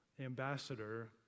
ambassador